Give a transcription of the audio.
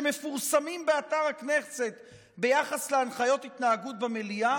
שמפורסמים באתר הכנסת ביחס להנחיות התנהגות במליאה,